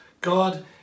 God